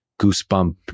goosebump